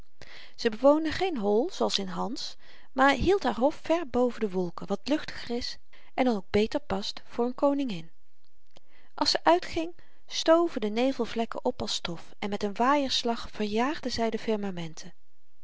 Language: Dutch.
ze bewoonde geen hol zooals in hans maar hield haar hof ver boven de wolken wat luchtiger is en dan ook beter past voor n koningin als ze uitging stoven de nevelvlekken op als stof en met n waaierslag verjaagde zy de firmamenten